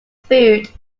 food